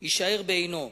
יישאר בעינו.